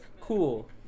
cool